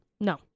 No